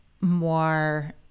more